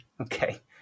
okay